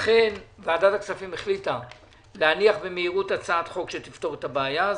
לכן ועדת הכספים החליטה להניח במהירות הצעת חוק שתפתור את הבעיה הזאת,